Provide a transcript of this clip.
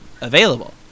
Available